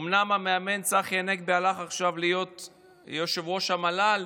אומנם המאמן צחי הנגבי הלך עכשיו להיות ראש המל"ל,